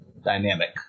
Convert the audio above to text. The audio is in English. dynamic